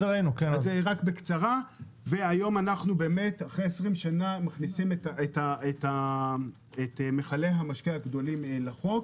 היום אחרי 20 שנה אנחנו מכניסים את מכלי המשקה הגדולים לחוק,